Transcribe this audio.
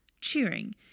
cheering